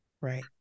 Right